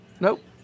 Nope